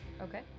Okay